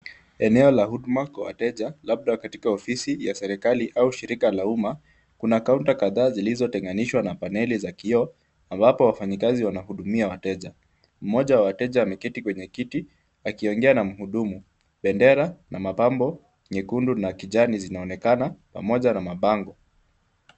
Eneo la huduma kwa wateja labda latika ofisi ya serekali au shirika la umma. Kuna kaunta kadhaa zilizotenganishwa na paneli za kioo, ambapo wafanyikazi wanahudumia wateja. Mmoja wa wateja ameketi kwenye kiti akiongea na mhudumu. Bendera na mapambo nyekundu na kijani zinaonekana pamoja na mabango.